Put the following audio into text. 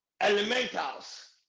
elementals